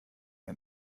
ein